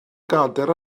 gadair